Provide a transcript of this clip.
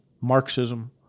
Marxism